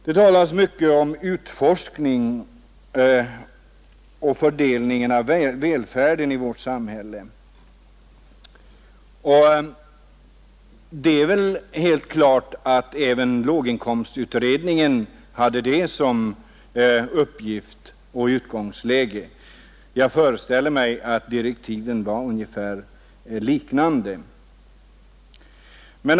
Det talas mycket om utforskning och fördelningen av välfärden i vårt samhälle, och det är väl helt klart att även låginkomstutredningen hade det som uppgift och utgångsläge. Jag föreställer mig att direktiven var ungefär liknande.